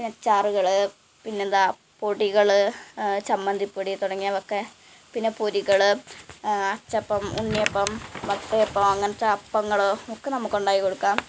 പിന്നെ അച്ചാറുകൾ പിന്നെ എന്താണ് പൊടികൾ ചമ്മന്തിപ്പൊടി തുടങ്ങിയവ ഒക്കെ പിന്നെ പൊരികൾ അച്ചപ്പം ഉണ്ണിയപ്പം വട്ടയപ്പം അങ്ങനത്തെ അപ്പങ്ങൾ ഒക്കെ നമുക്ക് ഉണ്ടാക്കി കൊടുക്കാം